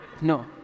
No